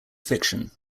fiction